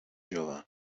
jove